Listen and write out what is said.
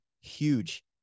huge